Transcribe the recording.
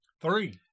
Three